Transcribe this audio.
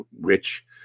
rich